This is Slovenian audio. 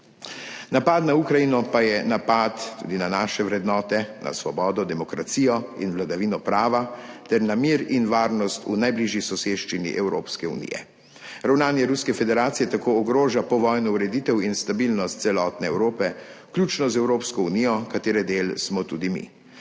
Napad na Ukrajino pa je napad tudi na naše vrednote, na svobodo, demokracijo in vladavino prava ter na mir in varnost v najbližji soseščini Evropske unije. Ravnanje Ruske federacije tako ogroža povojno ureditev in stabilnost celotne Evrope, vključno z Evropsko unijo, katere del smo tudi mi.